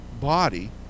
body